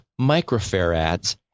microfarads